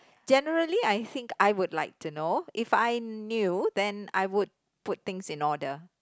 generally I think I would like to know if I knew then I would put things in order